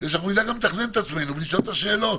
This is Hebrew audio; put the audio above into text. כדי שנדע גם לתכנן את עצמנו ולשאול את השאלות.